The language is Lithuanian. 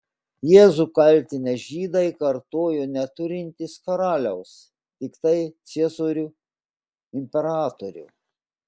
jėzų kaltinę žydai kartojo neturintys karaliaus tiktai ciesorių imperatorių